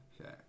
Okay